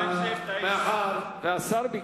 9 ו-10?